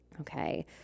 Okay